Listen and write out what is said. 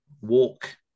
walk